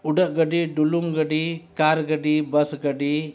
ᱩᱰᱟᱹᱜ ᱜᱟᱹᱰᱤ ᱰᱩᱞᱩᱝ ᱜᱟᱹᱰᱤ ᱠᱟᱨ ᱜᱟᱹᱰᱤ ᱵᱟᱥ ᱜᱟᱹᱰᱤ